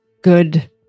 good